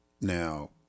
now